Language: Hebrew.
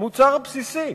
מוצר בסיסי.